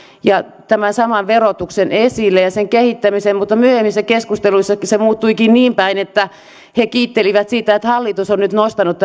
ja tämän saman verotuksen esille ja sen kehittämisen mutta myöhemmin se keskusteluissa muuttuikin niinpäin että he kiittelivät siitä että hallitus on nyt nostanut